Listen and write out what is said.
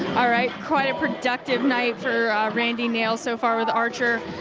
all right. quite a productive night for randy nails so far with archer.